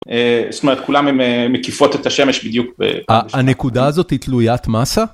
זאת אומרת, כולם מקיפות את השמש בדיוק. הנקודה הזאת היא תלויית מסה?